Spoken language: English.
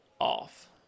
off